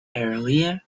earlier